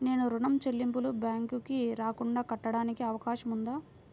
నేను ఋణం చెల్లింపులు బ్యాంకుకి రాకుండా కట్టడానికి అవకాశం ఉందా?